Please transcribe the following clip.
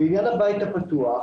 לעניין הבית הפתוח,